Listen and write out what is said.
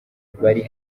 bari